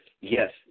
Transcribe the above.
yes